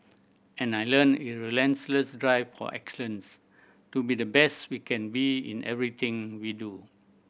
and I learnt a relentless drive for excellence to be the best we can be in everything we do